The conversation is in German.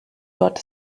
dort